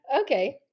Okay